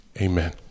Amen